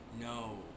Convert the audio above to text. No